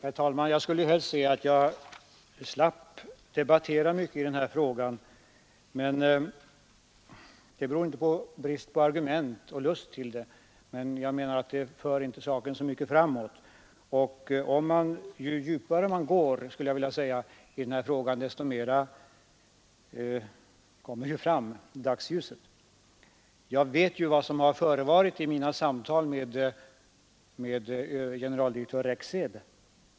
Herr talman! Jag skulle helst se att jag slapp debattera mycket i denna fråga. Det beror inte av brist på argument eller lust att debattera, utan på att jag menar att det inte för saken framåt särskilt mycket. Ju djupare man går i denna fråga, skulle jag vilja säga, desto mera kommer fram i dagsljuset. Jag vet vad som har förevarit vid samtal med generaldirektör Rexed.